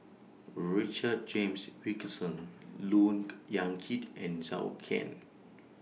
Richard James Wilkinson Look Yan Kit and Zhou Can